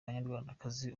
banyarwandakazi